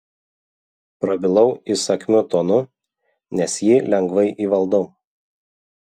prabilau įsakmiu tonu nes jį lengvai įvaldau